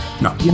no